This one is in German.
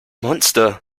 monster